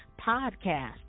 podcast